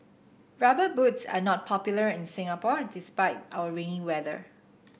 rubber boots are not popular in Singapore despite our rainy weather